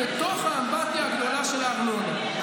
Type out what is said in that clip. בתוך האמבטיה הגדולה של הארנונה,